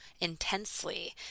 intensely